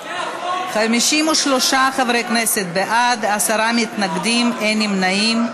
53 חברי כנסת בעד, עשרה מתנגדים, אין נמנעים.